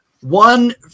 One